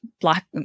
Black